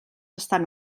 estan